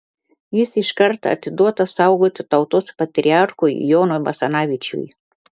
jis iškart atiduotas saugoti tautos patriarchui jonui basanavičiui